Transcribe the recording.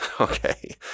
Okay